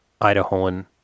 Idahoan